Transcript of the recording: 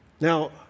Now